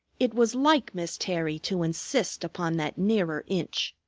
it was like miss terry to insist upon that nearer inch.